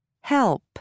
Help